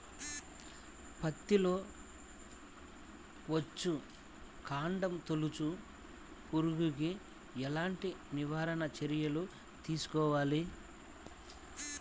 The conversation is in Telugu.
పత్తిలో వచ్చుకాండం తొలుచు పురుగుకి ఎలాంటి నివారణ చర్యలు తీసుకోవాలి?